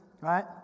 right